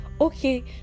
okay